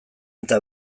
eta